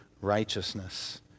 righteousness